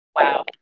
wow